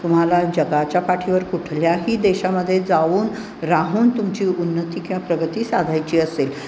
तुम्हाला जगाच्या पाठीवर कुठल्याही देशामध्ये जाऊन राहून तुमची उन्नती किंवा प्रगती साधायची असेल